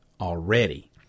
already